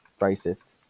racist